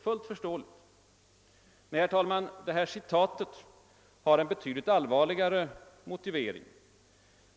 Nej, herr talman, citatet har en betydligt allvarligare motivering.